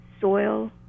soil